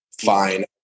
fine